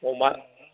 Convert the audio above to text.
अमा